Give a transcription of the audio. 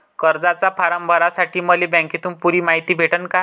कर्जाचा फारम भरासाठी मले बँकेतून पुरी मायती भेटन का?